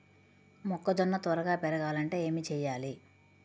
మొక్కజోన్న త్వరగా పెరగాలంటే ఏమి చెయ్యాలి?